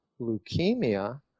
leukemia